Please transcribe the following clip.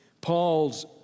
Paul's